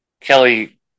Kelly